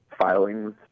filings